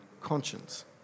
conscience